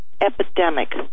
epidemic